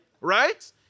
right